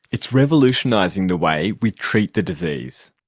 it's revolutionising the way we treat the disease.